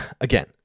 Again